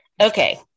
Okay